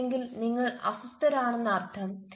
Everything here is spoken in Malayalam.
ഇല്ലെങ്കിൽ നിങ്ങൾ അസ്വസ്ഥരാണെന്ന് അർത്ഥം